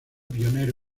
pionero